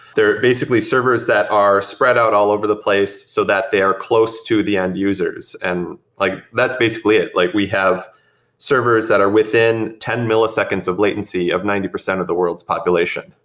they're basically servers that are spread out all over the place so that they are close to the end users, and like that's basically it. like we have servers that are within ten milliseconds latency of ninety percent of the world's population,